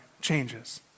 changes